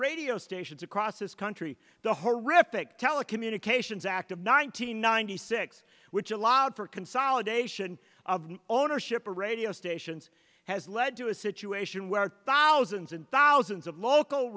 radio stations across this country the horrific telecommunications act of nine hundred ninety six which allowed for consolidation of ownership of radio stations has led to a situation where thousands and thousands of local